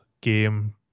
game